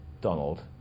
Donald